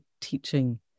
teaching